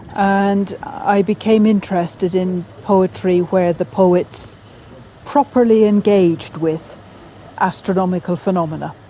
and i became interested in poetry where the poets properly engaged with astrological phenomena.